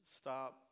stop